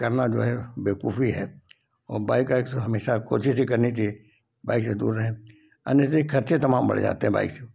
करना जो है बेवकूफी है और बाइक आइक से हमेशा कोशिश ही करनी चहिए बाइक से दूर रहें अननेसेसरी खर्चे तमाम बढ़ जाते हैं बाइक से